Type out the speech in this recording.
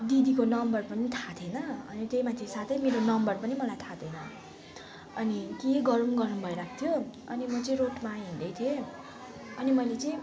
दिदीको नम्बर पनि थाहा थिएन अनि त्यहीमाथि साथै मेरो नम्बर पनि मलाई थाहा थिएन अनि के गरौँ गरौँ भइरहेको थियो अनि म चाहिँ रोडमा हिँड्दै थिएँ अनि मैले चाहिँ